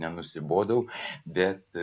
nenusibodau bet